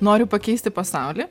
noriu pakeisti pasaulį